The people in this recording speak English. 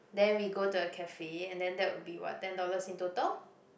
then we go to a cafe and then that will be what ten dollars in total